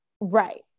Right